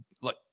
look